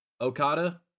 Okada